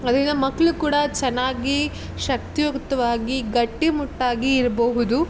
ಅದರಿಂದ ಮಕ್ಕಳು ಕೂಡ ಚೆನ್ನಾಗಿ ಶಕ್ತಿಯುತವಾಗಿ ಗಟ್ಟಿಮುಟ್ಟಾಗಿ ಇರಬಹುದು